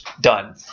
Done